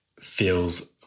feels